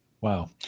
Wow